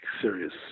serious